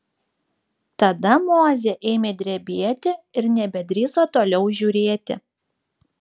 tada mozė ėmė drebėti ir nebedrįso toliau žiūrėti